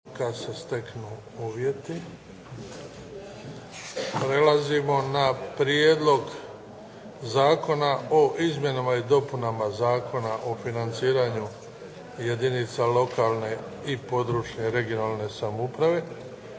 Luka (HDZ)** Prelazimo na - Prijedlog zakona o izmjenama i dopunama Zakona o financiranju jedinica lokalne i područne (regionalne) samouprave,